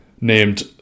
named